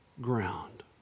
ground